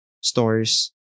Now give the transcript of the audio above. stores